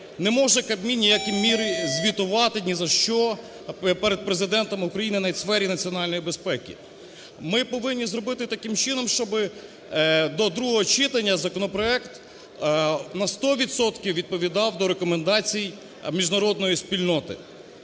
Не може Кабмін ні в якій мірі звітувати ні за що перед Президентом України в сфері національної безпеки. Ми повинні зробити таким чином, щоби до другого читання законопроект на 100 відсотків відповідав до рекомендацій міжнародної спільноти.